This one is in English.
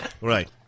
Right